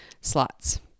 slots